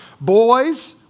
Boys